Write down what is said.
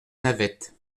navette